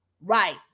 right